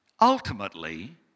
ultimately